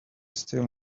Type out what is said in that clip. still